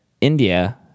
India